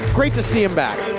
great to see him back.